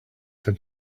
had